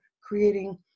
creating